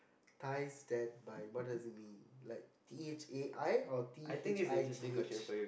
ties that bind what does it mean T H A I or T H I G H